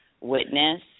witness